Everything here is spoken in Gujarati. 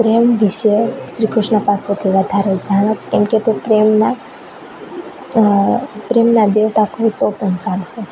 પ્રેમ વિશે શ્રી કૃષ્ણ પાસેથી વધારે જાણત કેમકે તે પ્રેમના પ્રેમના દેવતા કહું તો પણ ચાલશે